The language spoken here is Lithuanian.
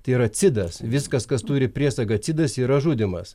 tai yra cidas viskas kas turi priesagą cidas yra žudymas